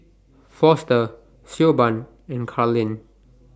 Foster Siobhan and Karlene